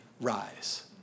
rise